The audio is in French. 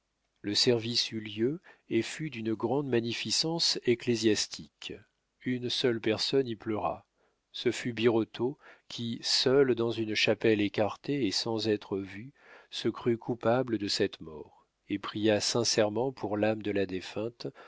le service eut lieu et fut d'une grande magnificence ecclésiastique une seule personne y pleura ce fut birotteau qui seul dans une chapelle écartée et sans être vu se crut coupable de cette mort et pria sincèrement pour l'âme de la défunte